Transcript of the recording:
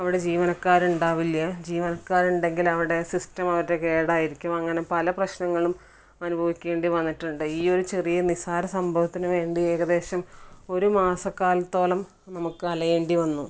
അവിടെ ജീവനക്കാർ ഉണ്ടാവില്ല ജീവനക്കാർ ഉണ്ടെങ്കിൽ അവിടെ സിസ്റ്റം മറ്റോ കേടായിരിക്കും അങ്ങനെ പല പ്രശ്നങ്ങളും അനുഭവിക്കേണ്ടി വന്നിട്ടുണ്ട് ഈ ഒരു ചെറിയ നിസ്സാര സംഭവത്തിന് വേണ്ടി ഏകദേശം ഒരു മാസകാലത്തോളം നമുക്ക് അലയേണ്ടി വന്നു